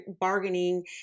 bargaining